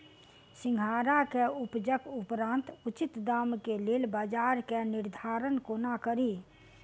सिंघाड़ा केँ उपजक उपरांत उचित दाम केँ लेल बजार केँ निर्धारण कोना कड़ी?